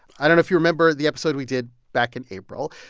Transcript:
i don't know if you remember the episode we did back in april,